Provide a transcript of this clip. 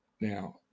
Now